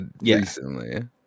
recently